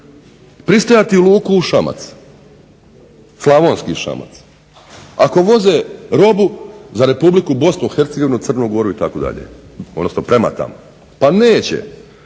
pristajati u luku u Šamac, Slavonski Šamac Ako voze robu za Republiku BiH, Crnu Goru itd., odnosno prema tamo? Pa neće,